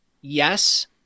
yes